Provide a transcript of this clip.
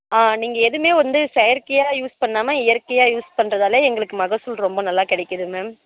ஆ நீங்கள் எதுவுமே வந்து செயற்கையாக யூஸ் பண்ணாமல் இயற்கையாக யூஸ் பண்ணுறதால எங்களுக்கு மகசூல் ரொம்ப நல்லா கிடைக்கிது மேம்